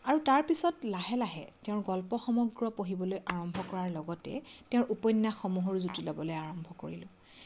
আৰু তাৰপিছত লাহে লাহে তেওঁৰ গল্প সমগ্ৰ পঢ়িবলৈ আৰম্ভ কৰাৰ লগতে তেওঁৰ উপন্যাসসমূহৰো জুতি ল'বলৈ আৰম্ভ কৰিলোঁ